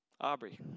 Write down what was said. Aubrey